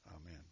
Amen